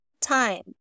time